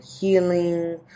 healing